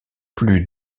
plus